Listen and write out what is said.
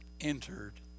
entered